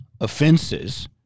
offenses